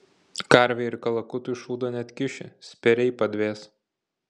karvei ir kalakutui šūdo neatkiši spėriai padvės